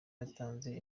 watanze